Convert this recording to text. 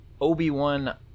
Obi-Wan